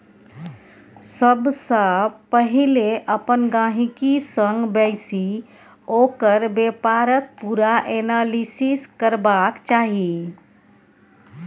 सबसँ पहिले अपन गहिंकी संग बैसि ओकर बेपारक पुरा एनालिसिस करबाक चाही